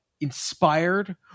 inspired